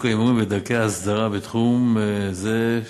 ההימורים ואת דרכי ההסדרה בתחום זה,